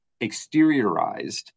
exteriorized